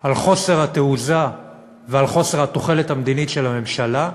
על חוסר התעוזה ועל חוסר התוחלת המדינית של הממשלה,